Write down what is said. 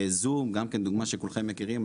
זום, גם כן דוגמה שכולכם מכירים.